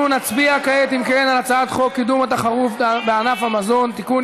אנחנו נצביע כעת על הצעת חוק קידום התחרות בענף המזון (תיקון,